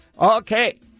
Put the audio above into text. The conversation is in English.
Okay